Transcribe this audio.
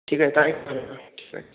ঠিক আছে তাই তাই হবে ঠিক আছে